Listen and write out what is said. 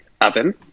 oven